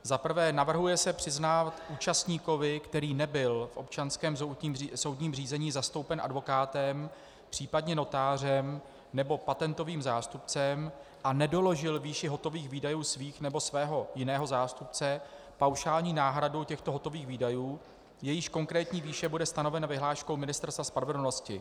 Za prvé, navrhuje se přiznat účastníkovi, který nebyl v občanském soudním řízení zastoupen advokátem, případně notářem nebo patentovým zástupcem, a nedoložil výši hotových výdajů svých nebo svého jiného zástupce, paušální náhradu těchto hotových výdajů, jejichž konkrétní výše bude stanovena vyhláškou Ministerstva spravedlnosti.